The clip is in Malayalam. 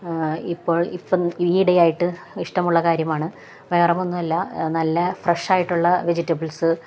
ആ ഇപ്പോൾ ഇപ്പോള് ഈയിടെയായിട്ട് ഇഷ്ടമുള്ള കാര്യമാണ് വേറെയൊന്നുമല്ല നല്ല ഫ്രഷായിട്ടുള്ള വെജിറ്റബിൾസ്